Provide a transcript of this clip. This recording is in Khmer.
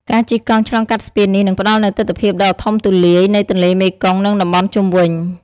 ការជិះកង់ឆ្លងកាត់ស្ពាននេះ នឹងផ្តល់នូវទិដ្ឋភាពដ៏ធំទូលាយនៃទន្លេមេគង្គ និងតំបន់ជុំវិញ។